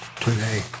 today